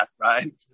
Right